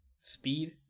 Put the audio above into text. speed